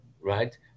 right